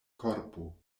korpo